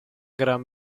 gran